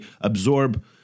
absorb –